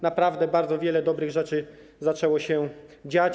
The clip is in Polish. Naprawdę bardzo wiele dobrych rzeczy zaczęło się dziać.